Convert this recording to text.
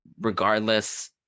regardless